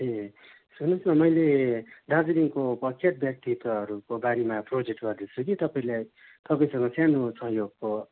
ए सुन्नुस् न मैले दार्जिलिङको प्रख्यात व्याक्तित्वहरूको बारेमा प्रोजेक्ट गर्दैछु कि तपाईँलाई तपाईँलसँग सानो सहयोगको